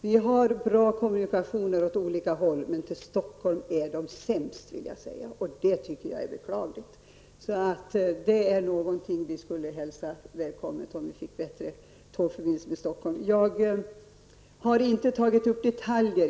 Vi har bra kommunikationer åt olika håll, men till Stockholm är det sämst, vill jag säga, och det tycker jag är beklagligt. Bättre tågförbindelser med Stockholm är alltså någonting som vi skulle hälsa med tillfredsställelse. Jag har inte tagit upp detaljer.